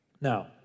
Now